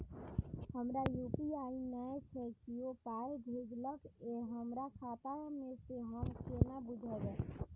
हमरा यू.पी.आई नय छै कियो पाय भेजलक यै हमरा खाता मे से हम केना बुझबै?